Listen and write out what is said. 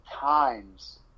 times